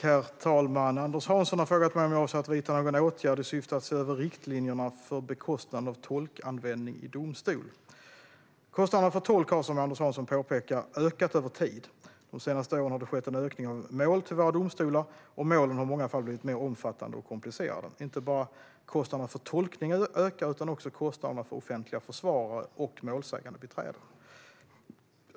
Herr talman! Anders Hansson har frågat mig om jag avser att vidta någon åtgärd i syfte att se över riktlinjerna för bekostnaden av tolkanvändning i domstol. Kostnaderna för tolk har som Anders Hansson påpekar ökat över tid. De senaste åren har det skett en ökning av mål till våra domstolar, och målen har i många fall blivit mer omfattande och komplicerade. Inte bara kostnaderna för tolkning ökar utan också kostnaderna för offentliga försvarare och målsägandebiträden.